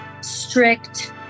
strict